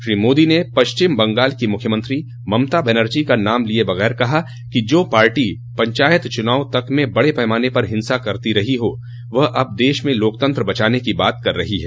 श्री मोदी ने पश्चिम बंगाल की मुख्यमंत्री ममता बनर्जी का नाम लिए बिना कहा कि जो पार्टी पंचायत चुनाव तक में बड़े पैमाने पर हिंसा करती रही हो वह अब देश में लोकतंत्र बचाने की बात कर रही है